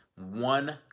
one